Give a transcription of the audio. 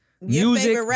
Music